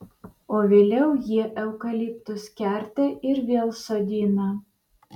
o vėliau jie eukaliptus kerta ir vėl sodina